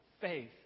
faith